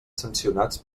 sancionats